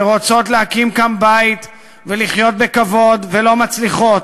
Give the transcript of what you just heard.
שרוצות להקים כאן בית ולחיות בכבוד ולא מצליחות,